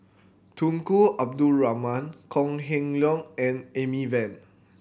Tunku Abdul Rahman Kok Heng Leun and Amy Van